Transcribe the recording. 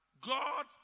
God